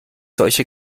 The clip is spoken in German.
solche